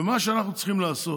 ומה שאנחנו צריכים לעשות,